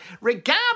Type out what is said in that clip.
regardless